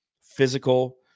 physical